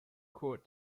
court